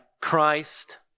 Christ